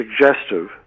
suggestive